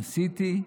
ניסיתי,